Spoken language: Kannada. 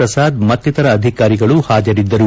ಪ್ರಸಾದ್ ಮತ್ತಿತರ ಅಧಿಕಾರಿಗಳು ಹಾಜರಿದ್ದರು